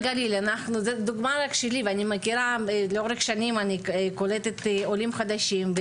זו דוגמא רק שלי ואני מכירה לאורך שנים אני קולטת עולים חדשים,